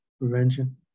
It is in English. prevention